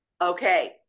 Okay